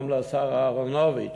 גם לשר אהרונוביץ,